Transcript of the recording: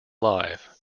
live